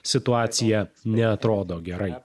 situacija neatrodo gerai